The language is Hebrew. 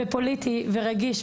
פוליטי ורגיש,